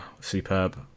superb